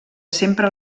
sempre